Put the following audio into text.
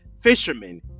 fishermen